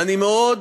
ואני מאוד